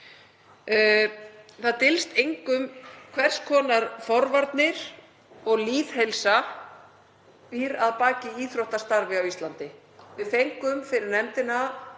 Það dylst engum hvers konar forvarnir og lýðheilsa býr að baki íþróttastarfi á Íslandi. Við fengum fyrir nefndina